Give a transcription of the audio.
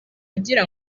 agira